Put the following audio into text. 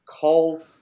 call